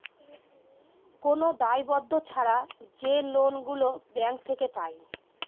কোন দায়বদ্ধ ছাড়া যে লোন গুলো ব্যাঙ্ক থেকে পায়